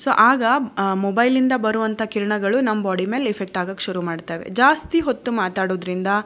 so ಆಗ ಮೊಬೈಲಿಂದ ಬರುವಂಥ ಕಿರಣಗಳು ನಮ್ಮ ಬಾಡಿ ಮೇಲೆ ಇಫೆಕ್ಟಾಗಾಕೆ ಶುರು ಮಾಡ್ತವೆ ಜಾಸ್ತಿ ಹೊತ್ತು ಮಾತಾಡೋದ್ರಿಂದ